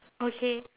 okay